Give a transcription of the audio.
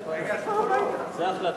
בעד,